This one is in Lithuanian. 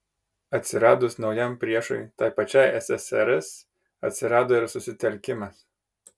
atsiradus naujam priešui tai pačiai ssrs atsirado ir susitelkimas